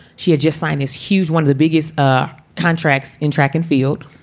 she had just signed this huge one of the biggest ah contracts in track and field.